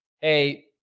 hey